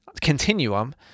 continuum